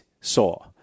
saw